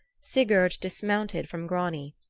sigurd dismounted from grani,